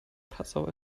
passau